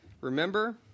Remember